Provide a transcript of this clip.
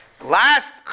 Last